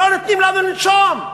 לא נותנים לנו לנשום.